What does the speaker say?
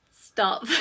stop